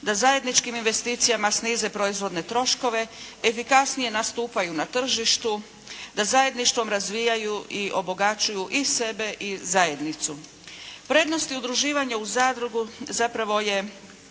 da zajedničkim investicijama snize proizvodne troškove, efikasnije nastupaju na tržištu, da zajedništvom razvijaju i obogaćuju i sebe i zajednicu. Prednosti udruživanja u zadrugu zapravo je